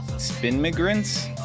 Spin-migrants